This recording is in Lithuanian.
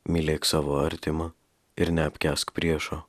mylėk savo artimą ir neapkęsk priešo